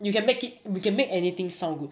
you can make it you can make anything sound good